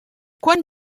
quan